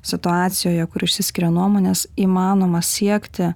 situacijoje kuri išsiskiria nuomonės įmanoma siekti